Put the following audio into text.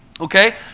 Okay